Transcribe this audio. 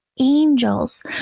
angels